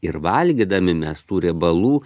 ir valgydami mes tų riebalų